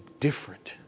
different